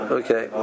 okay